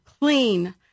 Clean